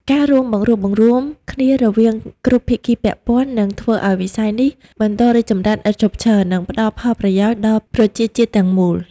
ការរួមបង្រួបបង្រួមគ្នារវាងគ្រប់ភាគីពាក់ព័ន្ធ នឹងធ្វើឱ្យវិស័យនេះបន្តរីកចម្រើនឥតឈប់ឈរ និងផ្ដល់ផលប្រយោជន៍ដល់ប្រជាជាតិទាំងមូល។